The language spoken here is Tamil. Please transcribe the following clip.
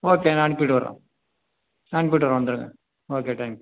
ஓகே நான் அனுப்பிட்டு வரோம் நான் அனுப்பிடுறேன் வந்துடுறேன் ஓகே தேங்க் யூ